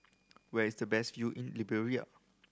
where is the best view in Liberia